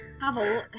Havel